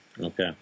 Okay